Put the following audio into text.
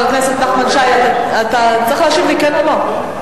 חבר הכנסת נחמן שי, אתה צריך להשיב לי כן או לא.